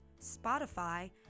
Spotify